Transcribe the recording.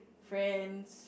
friends